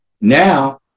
Now